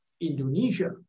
Indonesia